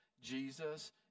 Jesus